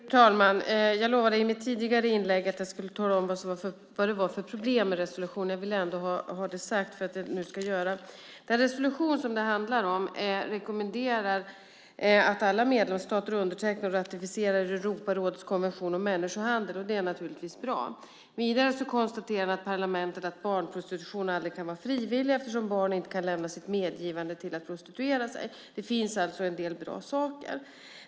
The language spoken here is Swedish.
Fru talman! Jag lovade i mitt tidigare inlägg att tala om vad det var för problem med resolutionen. Jag vill gärna ha det sagt. Den resolution det handlar om rekommenderar att alla medlemsstater undertecknar, ratificerar, Europarådskonventionen om människohandel. Det är naturligtvis bra. Vidare konstaterar parlamentet att barnprostitution aldrig kan vara frivillig eftersom barn inte kan lämna sitt medgivande till att prostituera sig. Där finns alltså en del bra saker.